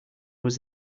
was